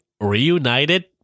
Reunited